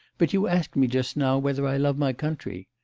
but you asked me just now whether i love my country.